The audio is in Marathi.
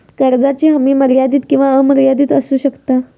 कर्जाची हमी मर्यादित किंवा अमर्यादित असू शकता